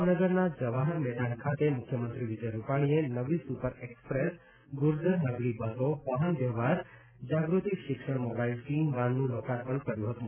ભાવનગરના જવાહર મેદાન ખાતે મુખ્યમંત્રી વિજય રૂપાણીએ નવી સુપર એક્સપ્રેસ ગુર્જર નગરી બસો વાહન વ્યવહાર જાગૃતિ શિક્ષણ મોબાઈલ ટીમ વાનનું લોકાર્પણ કર્યું હતું